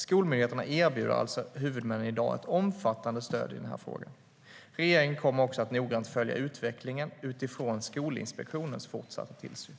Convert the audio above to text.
Skolmyndigheterna erbjuder alltså i dag huvudmännen ett omfattande stöd i den här frågan. Regeringen kommer också att noggrant följa utvecklingen utifrån Skolinspektionens fortsatta tillsyn.